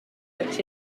which